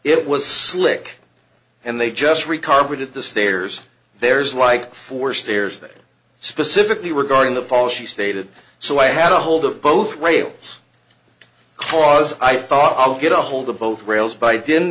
it was slick and they just recovered it the stairs there's like four stairs that specifically regarding the fall she stated so i had a hold of both rails cause i thought i would get a hold of both rails by didn't